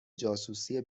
جاسوسی